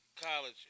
College